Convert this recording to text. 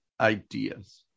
ideas